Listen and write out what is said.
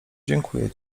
dziękuję